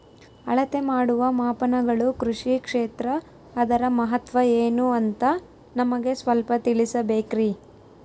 ಅಳತೆ ಮಾಡುವ ಮಾಪನಗಳು ಕೃಷಿ ಕ್ಷೇತ್ರ ಅದರ ಮಹತ್ವ ಏನು ಅಂತ ನಮಗೆ ಸ್ವಲ್ಪ ತಿಳಿಸಬೇಕ್ರಿ?